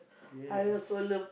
yes